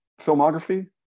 filmography